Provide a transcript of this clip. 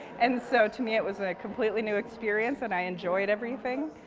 and so to me it was a completely new experience and i enjoyed everything.